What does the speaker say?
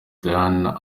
diana